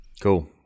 Cool